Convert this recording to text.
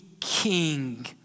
king